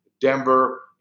Denver